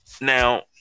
Now